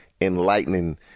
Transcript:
enlightening